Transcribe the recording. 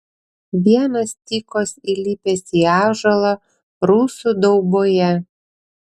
vienas tykos įlipęs į ąžuolą rusų dauboje